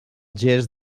gest